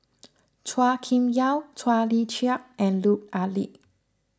Chua Kim Yeow Chua Tee Chiak and Lut Ali